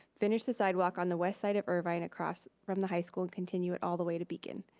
finish the sidewalk on the west side of irvine, across from the high school and continue it all the way to beacon.